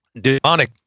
demonic